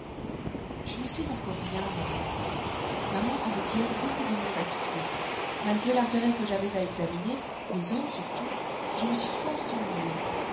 je ne sais encore rien ma bonne amie maman avait hier beaucoup de monde à souper malgré l'intérêt que j'avais à examiner les hommes surtout je me suis fort ennuyée